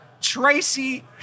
Tracy